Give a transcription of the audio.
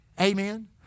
Amen